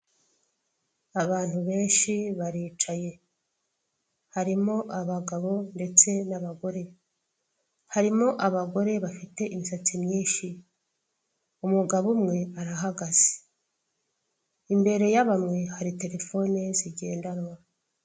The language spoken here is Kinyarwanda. Abantu benshi baricaye, harimo abagabo ndetse n'abagore, harimo abagore bafite imisatsi myinshi, umugabo umwe arahagaze, imbere ya bamwe hari terefone zigendanwa